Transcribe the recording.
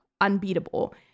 unbeatable